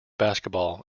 basketball